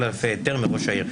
אלא לפי היתר מראש העירייה".